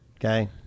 Okay